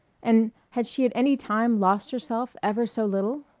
and had she at any time lost herself ever so little?